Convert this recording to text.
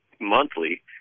monthly